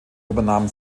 übernahm